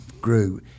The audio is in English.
grew